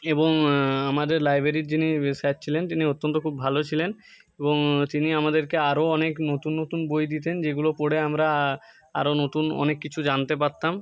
এবং আমাদের লাইব্ৰেরির যিনি স্যার ছিলেন তিনি অত্যন্ত খুব ভালো ছিলেন এবং তিনি আমাদেরকে আরো অনেক নতুন নতুন বই দিতেন যেগুলো পড়ে আমরা আরো নতুন অনেক কিছু জানতে পারতাম